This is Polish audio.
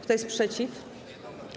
Kto jest przeciw?